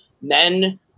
men